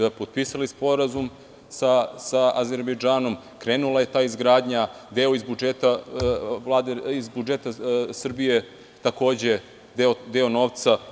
Mi smo potpisali sporazum sa Azerbejdžanom, krenula je ta izgradnja, deo iz budžeta Srbije, takođe deo novca.